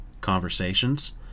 conversations